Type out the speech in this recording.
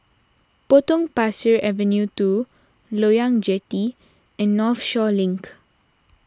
Potong Pasir Avenue two Loyang Jetty and Northshore Link